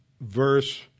verse